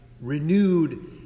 renewed